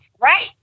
right